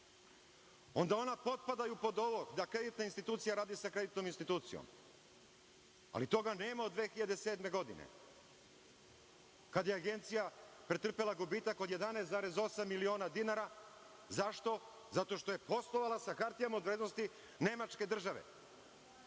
onda ona potpadaju pod ovo, da kreditna institucija radi sa kreditnom institucijom. Toga nema od 2007. godine, kad je Agencija pretrpela gubitak 11,8 miliona dinara, zašto? Zato što je poslovala sa hartijama od vrednosti Nemačke države. Vi